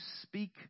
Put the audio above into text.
speak